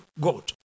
God